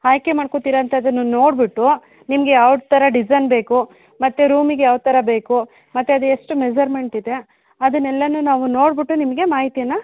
ಆಯ್ಕೆ ಮಾಡ್ಕೋತೀರ ಅಂತ ಅದನ್ನು ನೋಡಿಬಿಟ್ಟು ನಿಮಗೆ ಯಾವ ಥರ ಡಿಸೈನ್ ಬೇಕು ಮತ್ತು ರೂಮಿಗೆ ಯಾವ ಥರ ಬೇಕು ಮತ್ತು ಅದು ಎಷ್ಟು ಮೆಸರ್ಮೆಂಟ್ ಇದೆ ಅದನ್ನ ಎಲ್ಲಾ ನಾವು ನೋಡ್ಬಿಟ್ಟು ನಿಮಗೆ ಮಾಹಿತಿಯನ್ನು